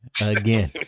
again